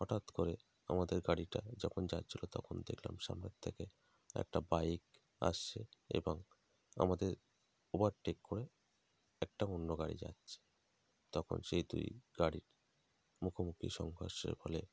হঠাৎ করে আমাদের গাড়িটা যখন যাচ্ছিলো তখন দেখলাম সামনের থেকে একটা বাইক আসছে এবং আমাদের ওভারটেক করে একটা অন্য গাড়ি যাচ্ছে তখন সেই দুই গাড়ির মুখোমুখি সংঘর্ষের ফলে